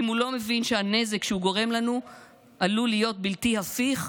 אם הוא לא מבין שהנזק שהוא גורם לנו עלול להיות בלתי הפיך,